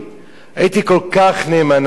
הייתי כל כך נאמנה לך.